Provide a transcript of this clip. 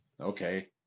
okay